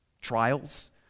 Trials